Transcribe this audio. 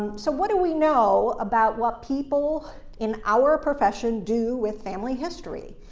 and so what do we know about what people in our profession do with family history?